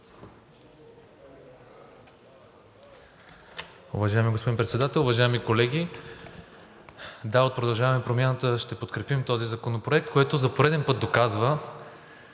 Уважаеми господин Председател, уважаеми колеги! Да, от „Продължаваме Промяната“ ще подкрепим този законопроект, който за пореден път доказва,